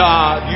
God